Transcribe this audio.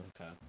okay